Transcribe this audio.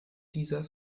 dieser